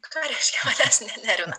ką reiškia manęs nervina